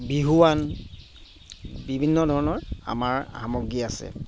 বিহুৱান বিভিন্ন ধৰণৰ আমাৰ সামগ্ৰী আছে